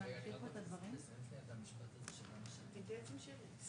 ועדת הפנים באופן טבעי הייתה צריכה להיות מאוד